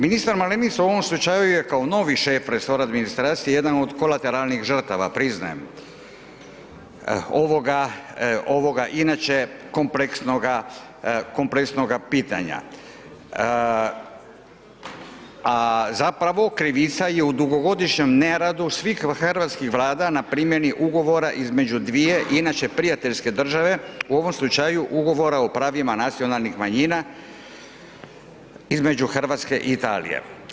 Ministar Malenica u ovom slučaju je kao novi šef resora administracije jedan od kolateralnih žrtava priznajem, ovoga, ovoga inače kompleksnoga, kompleksnoga pitanja, a zapravo krivica je u dugogodišnjem neradu svih hrvatskih Vlada na primjeni ugovora između dvije inače prijateljske države, u ovom slučaju Ugovora o pravima nacionalnih manjina između RH i Italije.